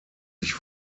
sich